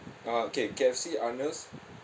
ah okay K_F_C arnold's